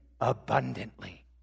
abundantly